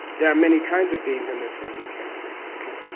there are many kinds of beings in this room you can't see okay?